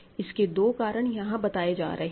इसके दो कारण यहां बताए जा रहे हैं